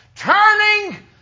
Turning